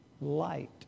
light